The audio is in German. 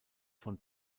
von